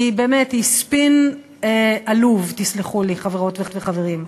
היא באמת ספין עלוב, תסלחו לי, חברות וחברים.